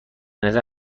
نظر